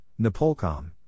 NAPOLCOM